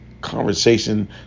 Conversation